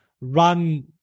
run